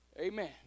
Amen